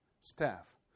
staff